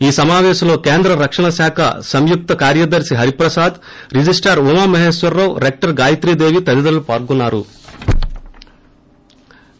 ఈ సమాపేశంలో కేంద్ర రక్షణ శాఖ సంయుక్త కార్యదర్ని హరిప్రసాద్ రిజిస్హార్ ఉమా మహేశ్వరరావు రెక్టార్ గాయత్రీ దేవి తదితరులు పాల్గొన్నారు